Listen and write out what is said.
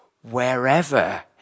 Wherever